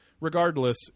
Regardless